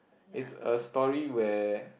it's a story where